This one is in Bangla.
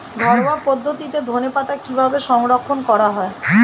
ঘরোয়া পদ্ধতিতে ধনেপাতা কিভাবে সংরক্ষণ করা হয়?